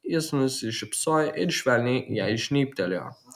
jis nusišypsojo ir švelniai jai žnybtelėjo